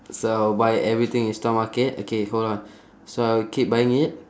so buy everything in stock market okay hold on so I will keep buying it